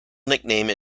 nickname